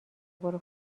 برو